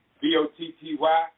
B-O-T-T-Y